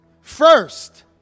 First